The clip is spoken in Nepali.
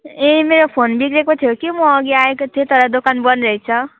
ए मेरो फोन बिग्रेको थियो कि म अघि आएको थिएँ तर दोकान बन्द रहेछ